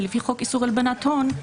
ולפי חוק איסור הלבנת הון,